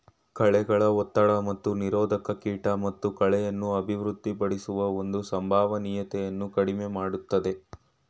ಕಳೆಗಳ ಒತ್ತಡ ಮತ್ತು ನಿರೋಧಕ ಕೀಟ ಮತ್ತು ಕಳೆಯನ್ನು ಅಭಿವೃದ್ಧಿಪಡಿಸುವ ಸಂಭವನೀಯತೆಯನ್ನು ಕಡಿಮೆ ಮಾಡ್ತದೆ